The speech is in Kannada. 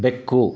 ಬೆಕ್ಕು